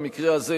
במקרה כזה,